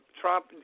trump